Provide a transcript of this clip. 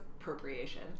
appropriation